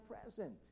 present